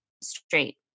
straight